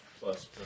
plus